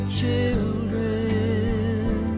children